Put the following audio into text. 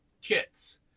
kits